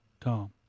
Tom